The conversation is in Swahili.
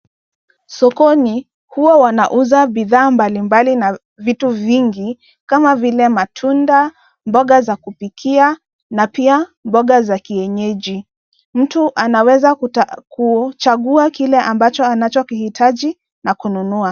Sokoni, huwa wanauza bidhaa mbalimbali na vitu vingi, kama vile matunda, mboga za kupikia, na pia, mboga za kienyeji. Mtu anaweza kuchagua kile ambacho anachokihitaji, na kununua.